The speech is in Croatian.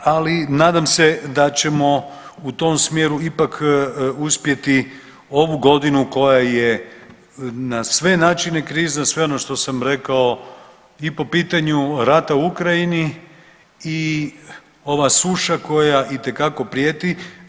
Ali nadam se da ćemo u tom smjeru ipak uspjeti ovu godinu koja je na sve načine krizna sve ono što sam rekao i po pitanju rata u Ukrajini, i ova suša koja itekako prijeti.